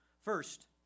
First